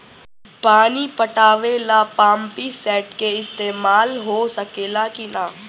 पानी पटावे ल पामपी सेट के ईसतमाल हो सकेला कि ना?